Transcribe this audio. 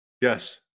Yes